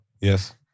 Yes